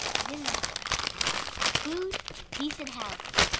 and then they'll have enough money for food and decent housing.